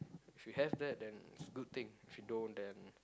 should have that then it's a good thing should don't then